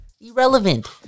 Irrelevant